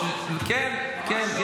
כן, כן.